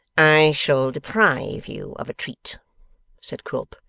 i shall deprive you of a treat said quilp.